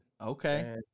Okay